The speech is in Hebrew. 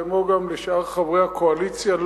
כמו גם לשאר חברי הקואליציה,